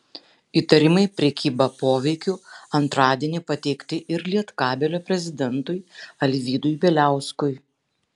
įtarimai prekyba poveikiu antradienį pateikti ir lietkabelio prezidentui alvydui bieliauskui